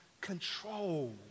control